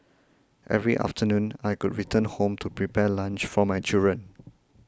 every afternoon I could return home to prepare lunch for my children